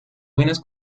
buenas